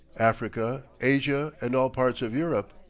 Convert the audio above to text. africa, asia, and all-parts of europe,